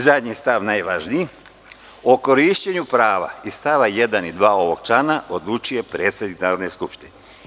Zadnji stav, najvažniji – o korišćenju prava iz stava 1. i 2. ovog člana odlučuje predsednik Narodne skupštine.